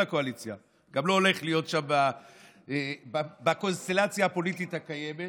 מהקואליציה וגם לא הולך להיות שם בקונסטלציה הפוליטית הקיימת